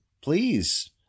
please